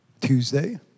Tuesday